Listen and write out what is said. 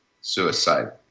suicide